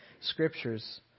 scriptures